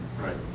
Right